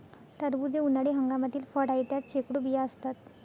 टरबूज हे उन्हाळी हंगामातील फळ आहे, त्यात शेकडो बिया असतात